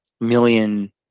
million